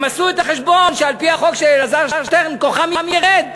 והם עשו את החשבון שעל-פי החוק של אלעזר שטרן כוחם ירד.